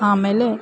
ಆಮೇಲೆ